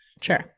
Sure